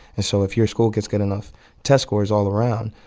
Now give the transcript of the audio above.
and so if your school gets good enough test scores all around,